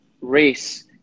race